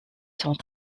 sont